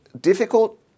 difficult